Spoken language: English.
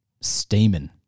steaming